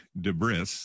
debris